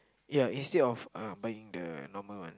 yeah instead of uh buying the normal one